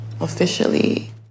officially